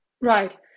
Right